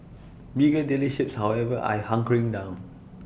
bigger dealerships however I hunkering down